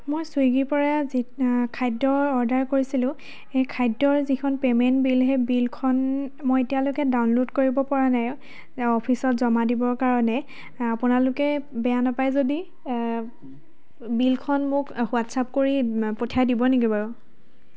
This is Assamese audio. মই চুইগীৰ পৰা যি খাদ্য অৰ্ডাৰ কৰিছিলোঁ সেই খাদ্যৰ যিখন পে'মেণ্ট বিল সেই বিলখন মই এতিয়ালৈকে ডাউনলোড কৰিব পৰা নাই অফিছত জমা দিব কাৰণে আপোনালোকে বেয়া নাপায় যদি বিলখন মোক হোৱাটচআপ কৰি পঠিয়াই দিব নেকি বাৰু